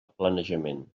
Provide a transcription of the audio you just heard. planejament